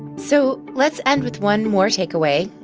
so let's end with one more takeaway.